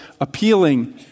appealing